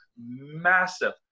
massive